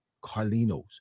Carlino's